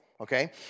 okay